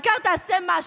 העיקר תעשה משהו.